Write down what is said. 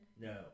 No